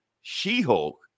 She-Hulk